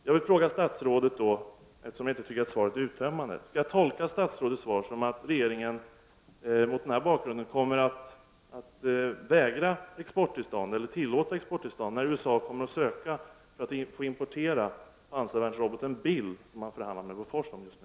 Jag vill fråga statsrådet, eftersom jag inte tycker att svaret är uttömmande: Skall jag tolka statsrådets svar så att regeringen mot denna bakgrund kommer att vägra tillåta exporttillstånd när USA ansöker om att få importera pansarvärnsroboten Bill, som man förhandlar med Bofors om just nu?